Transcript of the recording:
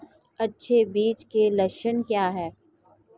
अच्छे बीज के लक्षण क्या हैं?